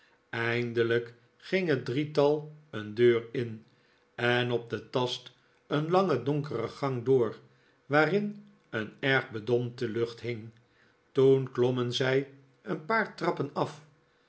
eindelijk ging het drietal een deur in en op den tast een lange donkere gang door waarin een erg bedompte lucht hing toen klommen zij een paar trappen af